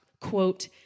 quote